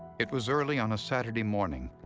it was early on a saturday morning,